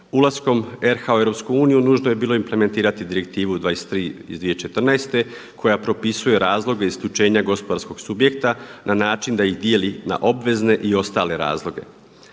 Ulaskom RH u EU nužno je bilo implementirati direktivu 23. iz 2014. koja propisuje razloge isključenja gospodarskog subjekta na način da ih dijeli na obvezne i ostale razloge.